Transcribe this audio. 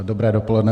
Dobré dopoledne.